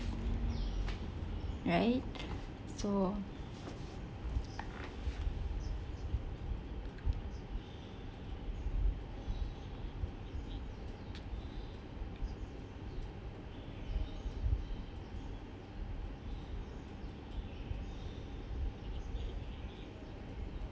right so